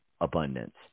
abundance